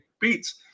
beats